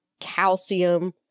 calcium